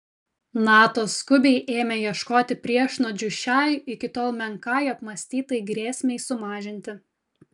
nato skubiai ėmė ieškoti priešnuodžių šiai iki tol menkai apmąstytai grėsmei sumažinti